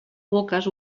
boques